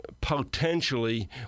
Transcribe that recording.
potentially